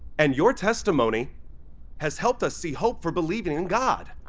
and your testimony has helped us see hope for believing in god.